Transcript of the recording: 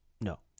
No